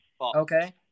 Okay